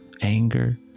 anger